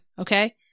okay